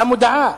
היתה מודעה: